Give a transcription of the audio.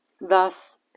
Thus